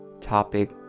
topic